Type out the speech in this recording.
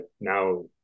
now